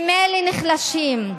ממילא נחלשים,